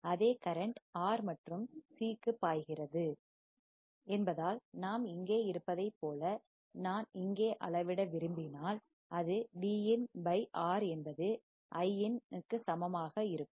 அதே current R மற்றும் C க்கு பாய்கிறது என்பதால் நாம் இங்கே இருப்பதைப் போல நான் இங்கே அளவிட விரும்பினால் அது Vin பை R என்பது Iin க்கு சமமாக இருக்கும்